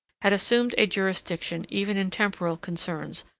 had assumed a jurisdiction even in temporal concerns,